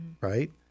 right